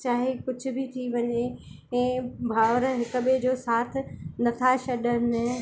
चाहे कुझु बि थी वञे ऐं भावर हिक ॿिए जो साथ नथा छॾनि